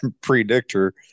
predictor